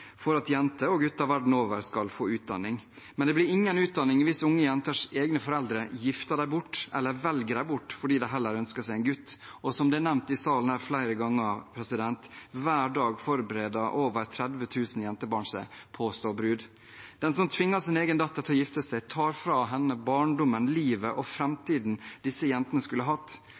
for at jenter og gutter verden over skal få utdanning. Men det blir ingen utdanning hvis unge jenters egne foreldre gifter dem bort, eller velger dem bort fordi de heller ønsker seg en gutt. Som nevnt flere ganger her i salen: Hver dag forbereder over 30 000 jentebarn seg på å stå brud. De som tvinger sine egne døtre til å gifte seg, tar fra dem barndommen, livet og framtiden disse jentene skulle hatt,